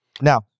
Now